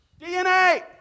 DNA